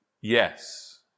yes